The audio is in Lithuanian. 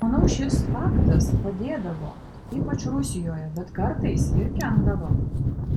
manau šis faktas padėdavo ypač rusijoje bet kartais ir kenkdavo